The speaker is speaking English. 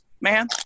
man